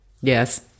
Yes